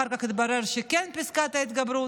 אחר כך התברר שכן פסקת ההתגברות.